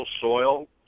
soil